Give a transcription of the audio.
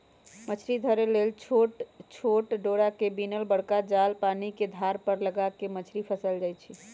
मछरी धरे लेल छोट छोट डोरा से बिनल बरका जाल पानिके धार पर लगा कऽ मछरी फसायल जाइ छै